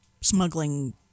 smuggling